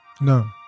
No